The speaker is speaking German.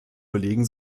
belegen